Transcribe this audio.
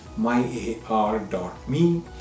myar.me